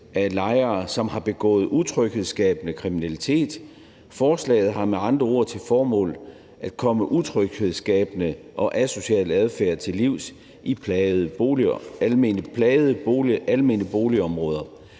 af lejere, som har begået utryghedsskabende kriminalitet. Forslaget har med andre ord til formål at komme utryghedsskabende og asocial adfærd til livs i plagede almene boligområder.